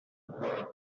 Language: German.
ohne